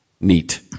Neat